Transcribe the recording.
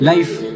Life